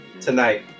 tonight